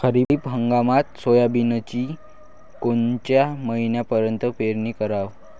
खरीप हंगामात सोयाबीनची कोनच्या महिन्यापर्यंत पेरनी कराव?